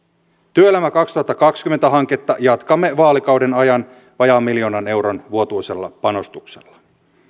työelämä kaksituhattakaksikymmentä hanketta jatkamme vaalikauden ajan vajaan miljoonan euron vuotuisella panostuksella